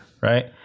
right